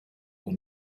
will